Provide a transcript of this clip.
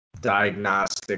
diagnostic